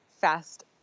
fast